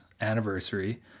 anniversary